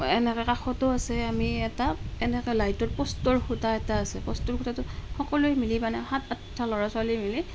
এনেকৈ কাষতো আছে আমি এটা এনেকৈ লাইটৰ প'ষ্টৰ খুঁটা এটা আছে প'ষ্টৰ খুঁটাটোত সকলোৱে মিলি মানে সাত আঠটা ল'ৰা ছোৱালী মিলি